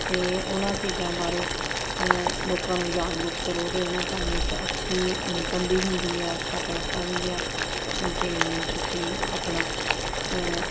ਅਤੇ ਉਹਨਾਂ ਚੀਜ਼ਾਂ ਬਾਰੇ ਲੋਕਾਂ ਨੂੰ ਜਾਗਰੂਕ ਕਰੋ ਉਹਦੇ ਉਹ ਨਾਲ ਤੁਹਾਨੂੰ ਇੱਕ ਅੱਛੀ ਇਨਕਮ ਵੀ ਹੁੰਦੀ ਆ ਅੱਛਾ ਪੈਸਾ ਵੀ ਹੈ ਅਤੇ ਤੁਸੀਂ ਆਪਣਾ